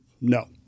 no